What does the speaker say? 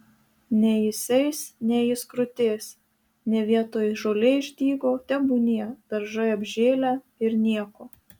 nei jis eis nei jis krutės ne vietoj žolė išdygo tebūnie daržai apžėlę ir nieko